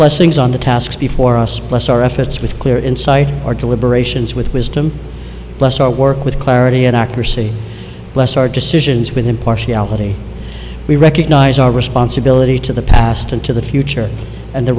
blessings on the task before us plus our efforts with clear insight our deliberations with wisdom plus our work with clarity and accuracy bless our decisions with impartiality we recognize our responsibility to the past and to the future and the